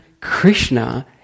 Krishna